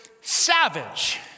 savage